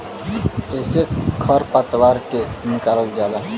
एसे खर पतवार के निकालल जाला